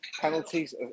penalties